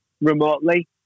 remotely